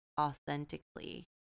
authentically